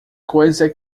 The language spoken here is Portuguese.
coisa